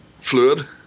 fluid